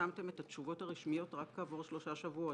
פרסמתם את התשובות הרשמיות רק כעבור שלושה שבועות?